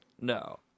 No